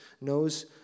knows